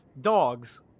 Dog's